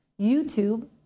YouTube